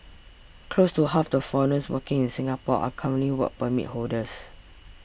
close to half the foreigners working in Singapore are currently Work Permit holders